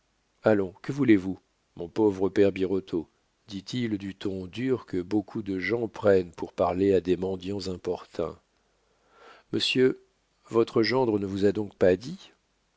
allons que voulez-vous mon pauvre père birotteau dit-il du ton dur que beaucoup de gens prennent pour parler à des mendiants importuns monsieur votre gendre ne vous a donc pas dit